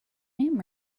name